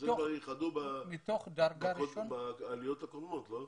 זה כבר עשו בעליות הקודמות, לא?